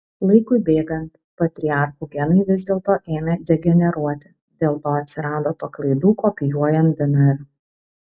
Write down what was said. laikui bėgant patriarchų genai vis dėlto ėmė degeneruoti dėl to atsirado paklaidų kopijuojant dnr